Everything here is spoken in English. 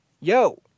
Yo